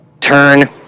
turn